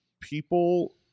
people